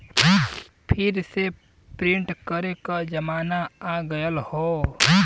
फिर से प्रिंट करे क जमाना आ गयल हौ